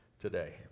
today